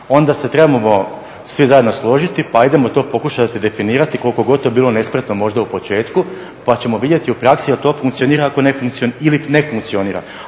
Onda se trebamo svi zajedno složiti pa ajdemo to pokušati definirati koliko god to bilo nespretno možda u početku pa ćemo vidjeti u praksi jer to funkcionira ili ne funkcionira.